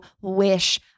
wish